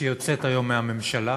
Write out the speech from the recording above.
שיוצאת היום מהממשלה,